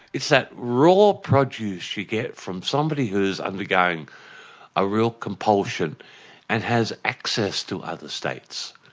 it's that raw produce you get from somebody who's undergoing a real compulsion and has access to other states.